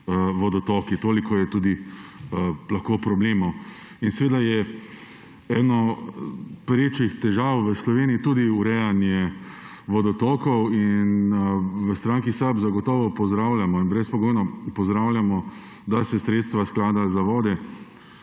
vodotoki, toliko je lahko problemov. Seveda je ena perečih težav v Sloveniji tudi urejanje vodotokov. V stranki SAB zagotovo pozdravljamo, brezpogojno pozdravljamo, da se sredstva Sklada za vode